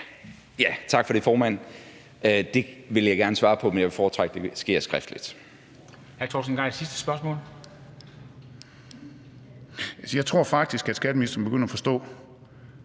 Tak for det, formand. Det vil jeg gerne svare på, men jeg vil foretrække, at det sker skriftligt.